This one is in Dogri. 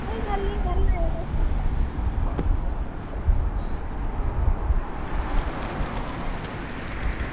कोई गल्ल निं आवेओ तुस